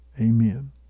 Amen